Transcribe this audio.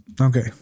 okay